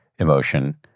emotion